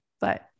but-